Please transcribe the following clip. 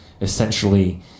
essentially